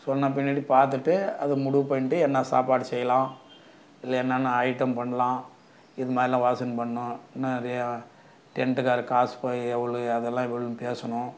சொன்ன பின்னாடி பாத்துட்டு அது முடிவு பண்ணிட்டு என்ன சாப்பாடு செய்யலாம் இல்லை என்னென்ன ஐட்டம் பண்ணலாம் இது மாதிரிலாம் வாசின் பண்ணும் நிறையா டென்ட்டுக்காருக்கு காசு போய் எவ்வளோ அதெல்லாம் எவ்வளோனு பேசணும்